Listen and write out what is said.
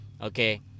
Okay